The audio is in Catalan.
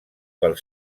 pel